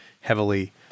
heavily